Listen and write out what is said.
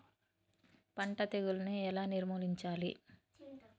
పంట తెగులుని ఎలా నిర్మూలించాలి?